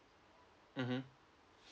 mmhmm